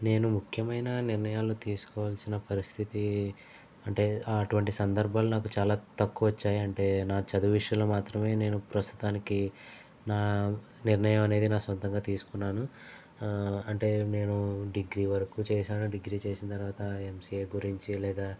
నేను ముఖ్యమైన నిర్ణయాలు తీసుకోవాల్సిన పరిస్థితి అంటే అటువంటి సందర్భాలు నాకు చాలా తక్కువ వచ్చాయంటే నా చదువు విషయంలో మాత్రమే నేను ప్రస్తుతానికి నా నిర్ణయం అనేది నా సొంతంగా తీసుకున్నాను అంటే నేను డిగ్రీ వరకు చేశాను డిగ్రీ చేసిన తర్వాత ఎంసీఏ గురించి లేదా